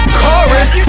chorus